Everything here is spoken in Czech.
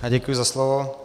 Já děkuji za slovo.